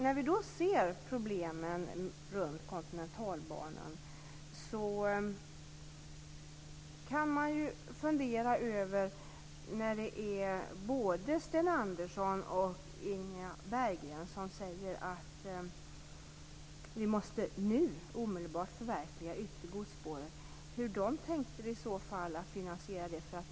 När vi då ser på problemen runt Kontinentalbanan och både Sten Andersson och Inga Berggren säger att vi omedelbart måste förverkliga yttre godsspåret kan man fundera över hur de i så fall tänkt finansiera detta.